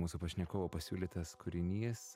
mūsų pašnekovo pasiūlytas kūrinys